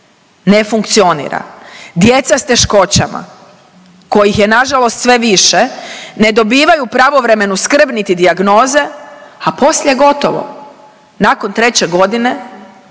ne funkcionira, djeca s teškoćama kojih je nažalost sve više, ne dobivaju pravovremenu skrb niti dijagnoze, a poslije je gotovo, nakon treće godine